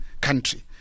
country